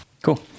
Cool